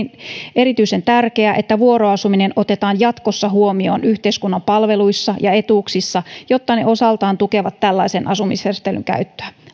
erityisen tärkeää että vuoroasuminen otetaan jatkossa huomioon yhteiskunnan palveluissa ja etuuksissa jotta ne osaltaan tukevat tällaisen asumisjärjestelyn käyttöä